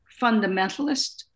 fundamentalist